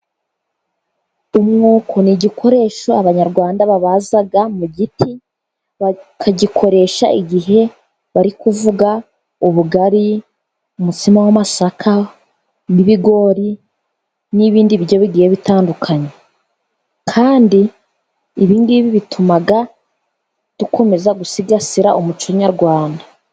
Umwuko ni igikoresho abanyarwanda babaza mu giti, bakagikoresha igihe bari kuvuga ubugari, umutsima w'amasaka, uw'ibigori, n'ibindi biryo bigiye bitandukanye. Kandi ibingibi bituma dukomeza gusigasira umuco nyarwanda.